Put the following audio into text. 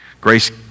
Grace